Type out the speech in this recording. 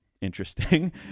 interesting